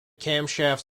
camshaft